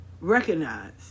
recognize